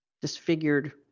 disfigured